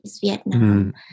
Vietnam